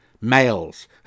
males